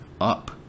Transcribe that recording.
up